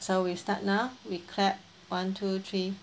so we start now we clap one two three